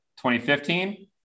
2015